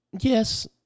yes